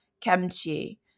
kimchi